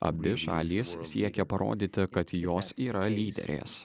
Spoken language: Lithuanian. abi šalys siekia parodyti kad jos yra lyderės